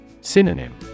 Synonym